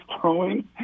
throwing